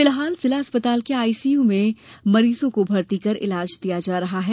फिलहाल जिला अस्पताल के आईसीयू में मरीजों को भर्ती कर ईलाज किया जा रहा है